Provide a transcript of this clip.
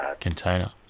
container